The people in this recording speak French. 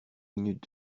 minutes